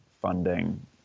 funding